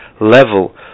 level